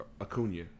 Acuna